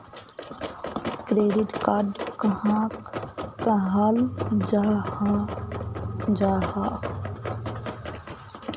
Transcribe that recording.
Credit card कहाक कहाल जाहा जाहा?